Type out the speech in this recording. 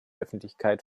öffentlichkeit